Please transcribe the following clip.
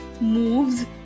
moves